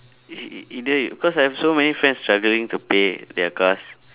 ei~ either you cause I have so many friends struggling to pay their cars